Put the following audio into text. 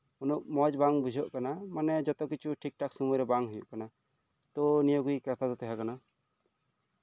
ᱩᱱᱟᱹᱜ ᱢᱚᱡᱽ ᱵᱟᱝ ᱵᱩᱡᱷᱟᱹᱜ ᱠᱟᱱᱟ ᱢᱟᱱᱮ ᱡᱚᱛᱚ ᱠᱤᱪᱷᱩ ᱴᱷᱤᱠ ᱴᱷᱟᱠ ᱥᱚᱢᱚᱭᱨᱮ ᱵᱟᱝ ᱦᱩᱭᱩᱜ ᱠᱟᱱᱟ ᱛᱚ ᱱᱤᱭᱟᱹ ᱠᱚᱜᱮ ᱠᱟᱛᱷᱟ ᱫᱚ ᱛᱟᱦᱮᱸ ᱠᱟᱱᱟ